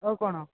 ଆଉ କ'ଣ